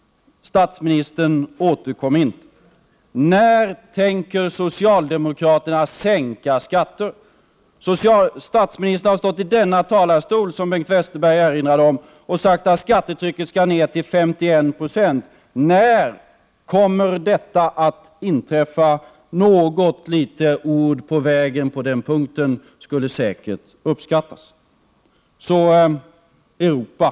Statsministern återkom inte. När tänker socialdemokraterna sänka skatter? Statsministern har stått i denna talarstol, som Bengt Westerberg erinrade om, och sagt att skattetrycket skall ner till 51 26. När kommer detta att inträffa? Något litet ord på vägen på den punkten skulle säkert uppskattas. Och så några ord om Europa.